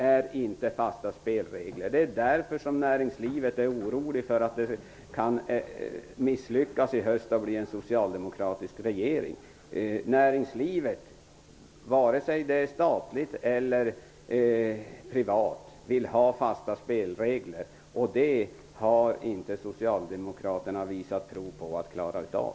Det är inte fasta spelregler, och det är därför som näringslivet är oroligt för att det kan misslyckas i höst och att det kan bli en socialdemokratisk regering. Näringslivet, vare sig det är statligt eller privat, vill ha fasta spelregler, och det har inte socialdemokraterna visat prov på att de klarar av.